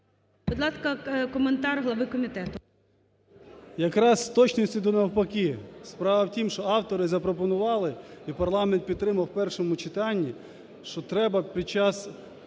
Будь ласка, коментар глави комітету.